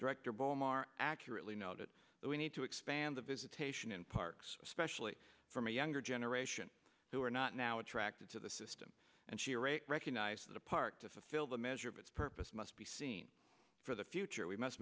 director paul maher accurately noted that we need to expand the visitation in parks especially from a younger generation who are not now attracted to the system and she recognizes a park to fill the measure of its purpose must be seen for the future we must